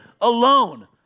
alone